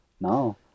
No